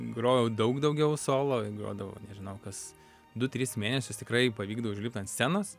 grojau daug daugiau solo grodavau nežinau kas du tris mėnesius tikrai pavykdavo užlipt ant scenos